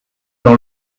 dans